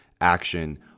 action